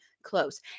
close